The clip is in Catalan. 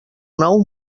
nou